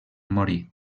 morí